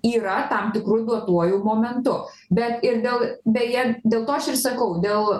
yra tam tikru duotuoju momentu bet ir dėl beje dėl to aš ir sakau dėl